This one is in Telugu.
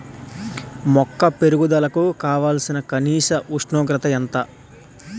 మొక్క పెరుగుదలకు కావాల్సిన కనీస ఉష్ణోగ్రత ఎంత?